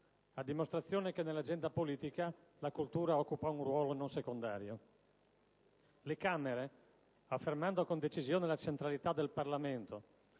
a dimostrazione che nell'agenda politica la cultura occupa un ruolo non secondario. Le Camere, affermando con decisione la centralità del Parlamento,